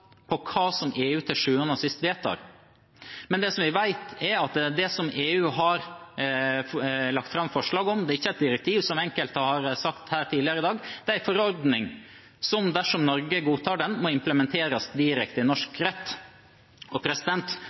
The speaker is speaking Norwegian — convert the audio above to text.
på hva EU til sjuende og sist vedtar, men det vi vet, er at det EU har lagt fram forslag om, ikke er et direktiv, som enkelte har sagt her tidligere i dag, det er en forordning som, dersom Norge godtar den, må implementeres direkte i norsk rett. Det er derfor det er viktig å være føre-var, og